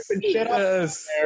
Yes